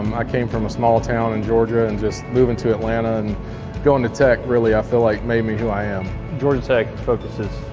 i came from a small town in georgia and moving to atlanta and going to tech, really i feel like made me who i am. georgia tech focuses,